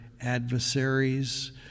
adversaries